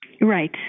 Right